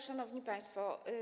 Szanowni Państwo!